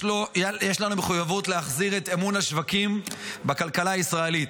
לנו מחויבות להחזיר את אמון השווקים בכלכלה הישראלית.